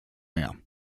mehr